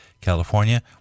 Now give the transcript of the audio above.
California